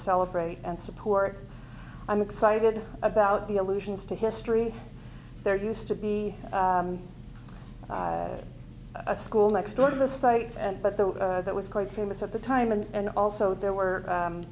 celebrate and support i'm excited about the allusions to history there used to be a school next door to the site and but the that was quite famous at the time and also there were